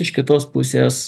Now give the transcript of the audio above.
iš kitos pusės